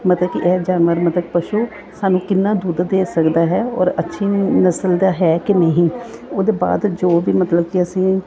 ਮਤਲਬ ਕਿ ਇਹ ਜਾਨਵਰ ਮਤਲਬ ਪਸ਼ੂ ਸਾਨੂੰ ਕਿੰਨਾ ਦੁੱਧ ਦੇ ਸਕਦਾ ਹੈ ਔਰ ਅੱਛੀ ਨਸਲ ਦਾ ਹੈ ਕਿ ਨਹੀਂ ਉਹਦੇ ਬਾਅਦ ਜੋ ਵੀ ਮਤਲਬ ਕਿ ਅਸੀਂ